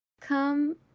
Come